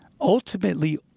Ultimately